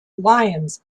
lions